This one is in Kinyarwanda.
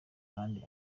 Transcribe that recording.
kandi